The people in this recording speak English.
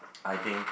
I think